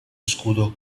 scudo